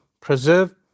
preserve